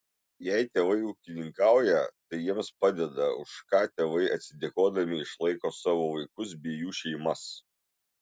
jei tėvai ūkininkauja tai jiems padeda už ką tėvai atsidėkodami išlaiko savo vaikus bei jų šeimas